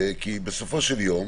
כי בסופו של יום